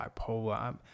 bipolar